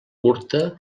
curta